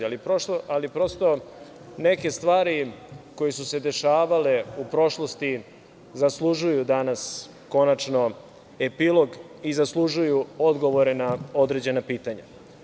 Ali, prosto, neke stvari koje su se dešavale u prošlosti zaslužuju danas konačno epilog i zaslužuju odgovore na određena pitanja.